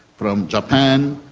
from japan,